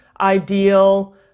ideal